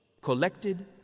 Collected